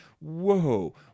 whoa